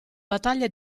battaglia